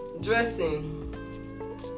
dressing